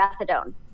methadone